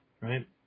right